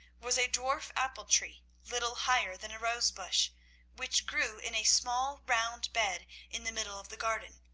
was a dwarf apple-tree little higher than a rose-bush, which grew in a small round bed in the middle of the garden.